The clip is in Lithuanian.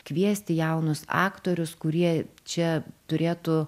kviesti jaunus aktorius kurie čia turėtų